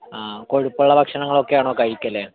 ആ കൊഴുപ്പുള്ള ഭക്ഷണങ്ങളോക്കെയാണോ കഴിക്കൽ